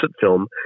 film